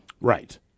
right